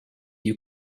you